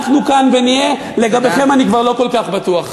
אנחנו כאן, ונהיה, לגביכם אני כבר לא כל כך בטוח.